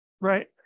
Right